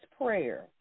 prayer